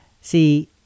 See